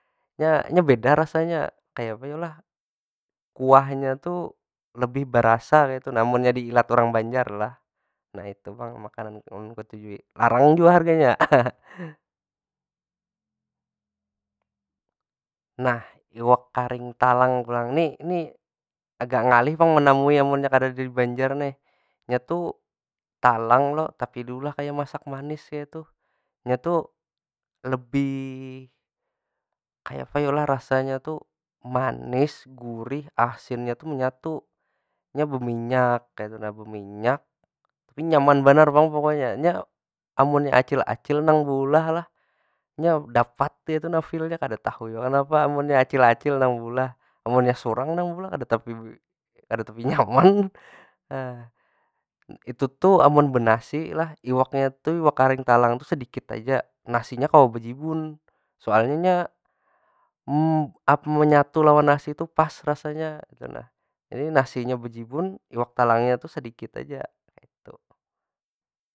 Nya, nya beda rasanya, kaya apa yo lah? Kuahnya tu, lebih berasa kaytu nah munnya diilat urang banjar lah. Nah itu pang makanan nang ulun ketujui, larang jua harganya. Nah, iwak karing talang pulang ni- ni agak ngalih pang menamui amunnya kadada di banjar nih. Nya tu talang lo, tapi diulah kaya masak manis kaytu. Nya itu, lebih kaya apa yo lah rasanya tu? Manis, gurih, asinnya tu menyatu. Nya beminyak kaytu nah, beminyak. Tapi nyaman banar pang pokonya. Nya amunnya acil- acil nang beulah lah, nya dapat kaytu nah feelnya. Kada tahu jua kenapa, munnya acil- acil nang beulah. Amunnya surang nang beulah kada tapi, kada tapi nyaman. Itu tu amun benasi lah, iwaknya tu iwak karing talang tu sedikit aja. Nasinya kawa bejibun. Soalnya nya apa menyatu lawan nasi tu pas rasanya tu nah. Jadi nasinya bejibun, iwak talangnya tu sedikit aja kaytu.